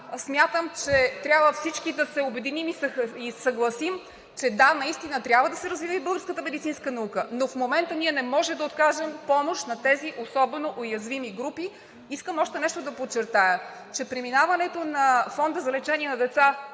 смятам, че трябва всички да се обединим и да се съгласим – да, наистина трябва да се развие българската медицинска наука, но в момента ние не можем да окажем помощ на тези особено уязвими групи. Искам още нещо да подчертая. Преминаването на Фонда за лечение на деца